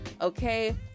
okay